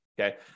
okay